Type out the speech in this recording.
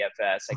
DFS